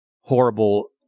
horrible